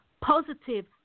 positive